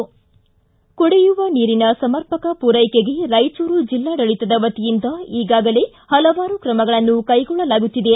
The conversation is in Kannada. ಪಿಟಿಸಿ ಕುಡಿಯುವ ನೀರಿನ ಸಮರ್ಪಕ ಪೂರೈಕೆಗೆ ರಾಯಚೂರು ಜಿಲ್ಲಾಡಳಿತದ ವತಿಯಿಂದ ಈಗಾಗಲೇ ಹಲವಾರು ತ್ರಮಗಳನ್ನು ಕ್ಟೆಗೊಳ್ಳಲಾಗುತ್ತಿದೆ